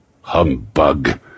humbug